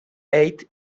eight